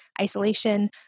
isolation